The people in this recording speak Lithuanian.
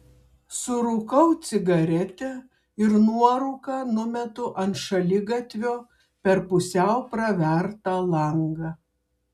surūkau cigaretę ir nuorūką numetu ant šaligatvio per pusiau pravertą langą